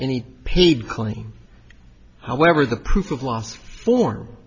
any paid claim however the proof of last for